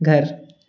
घर